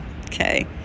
okay